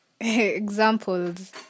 examples